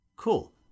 cool